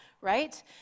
right